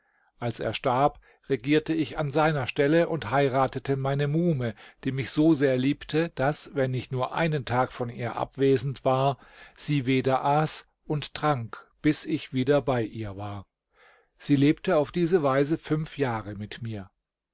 als er starb regierte ich an seiner stelle und heiratete meine muhme die mich so sehr liebte daß wenn ich nur einen tag von ihr abwesend war sie weder aß und trank bis ich wieder bei ihr war sie lebte auf diese weise fünf jahre mit mir